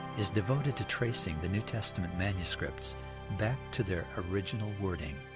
is devoted to tracing the new testament manuscripts back to their original wording.